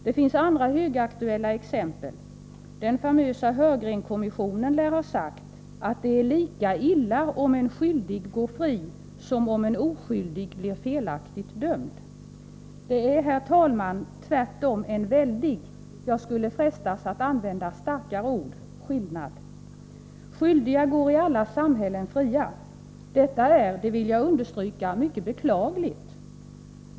Det finns andra högaktuella exempel: Den famösa Heurgrenkommissio nen lär ha sagt att det är lika illa om en skyldig går fri som om en oskyldig blir felaktigt dömd. Det är, herr talman, tvärtom en väldig — jag frestas att använda starkare ord — skillnad. Skyldiga går i alla samhällen fria. Detta är — det vill jag understryka — mycket beklagligt.